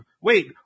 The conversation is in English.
Wait